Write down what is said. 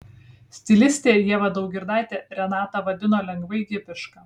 stilistė ieva daugirdaitė renatą vadino lengvai hipiška